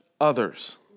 others